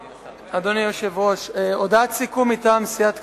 אדוני היושב-ראש, הודעת סיכום מטעם סיעת קדימה: